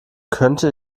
könnte